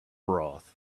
broth